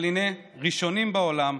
אבל הינה, ראשונים בעולם,